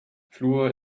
fluor